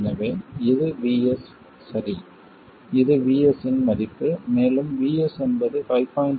எனவே இது VS சரி இது VS இன் மதிப்பு மேலும் VS என்பது 5